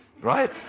right